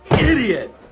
idiot